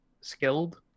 skilled